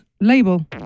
label